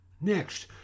Next